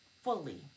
fully